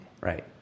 Right